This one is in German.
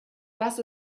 was